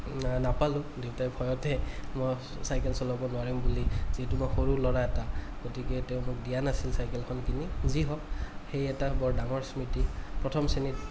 না নাপালো দেউতাই ভয়তে মই চাইকেল চলাব নোৱাৰিম বুলি যিহেতু মই সৰু ল'ৰা এটা গতিকে তেওঁ মোক দিয়া নাছিল চাইকেলখন কিনি যিহওক সেই এটা বৰ ডাঙৰ স্মৃতি প্ৰথম শ্ৰেণীত